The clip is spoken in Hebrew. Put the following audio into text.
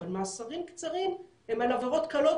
אבל המאסרים הקצרים הם על העבירות הקלות